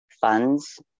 funds